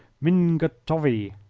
min gotovy.